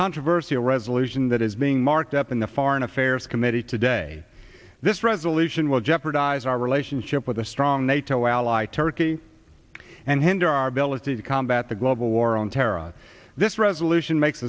controversy a resolution that is being marked up in the foreign affairs committee today this resolution will jeopardize our relationship with a strong nato ally turkey and hinder our ability to combat the global war on terror this resolution makes